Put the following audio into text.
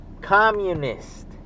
communist